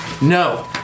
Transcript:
No